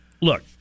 look